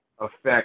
affect